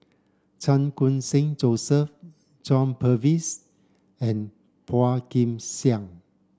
Chan Khun Sing Joseph John Purvis and Phua Kin Siang